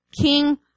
King